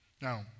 Now